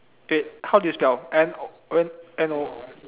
eh how do you spell N N O